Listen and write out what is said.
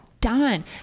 done